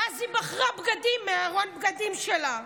ואז היא בחרה בגדים מארון הבגדים שלה.